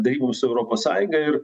deryboms su europos sąjunga ir